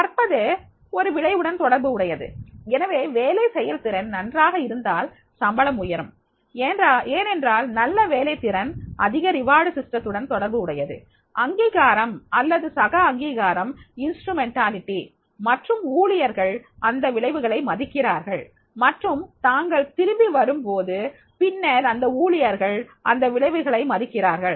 கற்பது ஒரு விளைவுடன் தொடர்பு உடையது எனவே வேலை செயல்திறன் நன்றாக இருந்தால் சம்பளம் உயரும் ஏனென்றால் நல்ல வேலைத்திறன் அதிக வெகுமதி அமைப்புடன்தொடர்பு உடையது அங்கீகாரம் அல்லது சக அங்கீகாரம் கருவி மற்றும் ஊழியர்கள் இந்த விளைவுகளை மதிக்கிறார்கள் மற்றும் தாங்கள் திரும்பி வரும்போது பின்னர் இந்த ஊழியர்கள் இந்த விளைவுகளை மதிக்கிறார்கள்